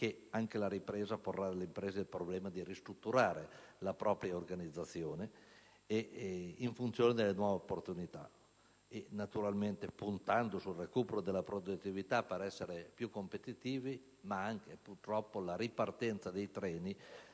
che anche la ripresa porrà alle imprese il problema di ristrutturare la propria organizzazione in funzione delle nuove opportunità, naturalmente puntando sul recupero della produttività per essere più competitivi; purtroppo, però, la ripartenza dei treni